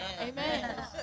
Amen